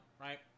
right